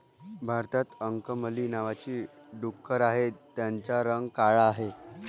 भारतात अंकमली नावाची डुकरं आहेत, त्यांचा रंग काळा आहे